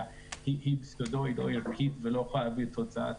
זה ביסודו לא ערכי ולא חייב להביא תוצאה טובה.